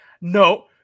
No